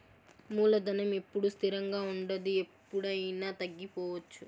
మూలధనం ఎప్పుడూ స్థిరంగా ఉండదు ఎప్పుడయినా తగ్గిపోవచ్చు